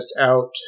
out